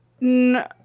no